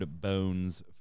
bones